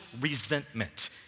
resentment